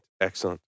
Excellent